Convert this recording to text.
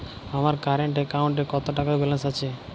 আমার কারেন্ট অ্যাকাউন্টে কত টাকা ব্যালেন্স আছে?